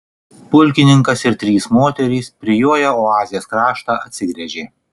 pulkininkas ir trys moterys prijoję oazės kraštą atsigręžė